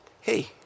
hey